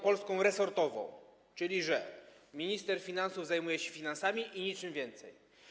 Polską resortową, czyli że minister finansów zajmuje się finansami i niczym więcej.